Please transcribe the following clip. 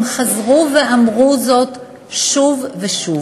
הם חזרו ואמרו זאת שוב ושוב,